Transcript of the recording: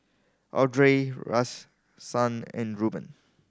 Audrey Rahsaan and Ruben